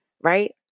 Right